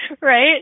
right